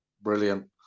Brilliant